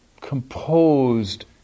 composed